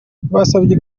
basabwe